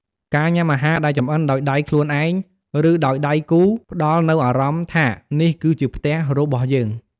ការញ៉ាំអាហារដែលចម្អិនដោយដៃខ្លួនឯង ឬដោយដៃគូ ផ្តល់នូវអារម្មណ៍ថា "នេះគឺជាផ្ទះរបស់យើង"។